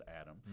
Adam